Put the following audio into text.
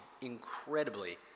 incredibly